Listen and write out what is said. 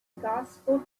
gospel